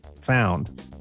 found